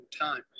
time